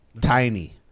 Tiny